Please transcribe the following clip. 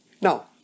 Now